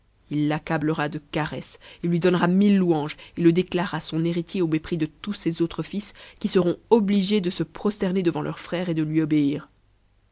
il l'accablera de caresses il lui donnera mille louanges et le déclarera son héritier au mépris de tous ses autres fils qui seront obligés de se prosterner devant leur frère et de lui obéir